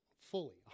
fully